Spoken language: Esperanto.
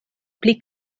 pli